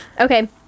Okay